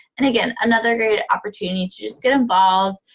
and again, another great opportunity to just get involved,